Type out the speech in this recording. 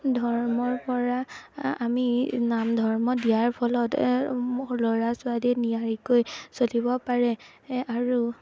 ধৰ্মৰ পৰা আমি নাম ধৰ্ম দিয়াৰ ফলত ল'ৰা ছোৱালীয়ে নিয়াৰিকৈ চলিব পাৰে এ আৰু